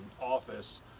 office